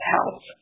Health